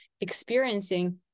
experiencing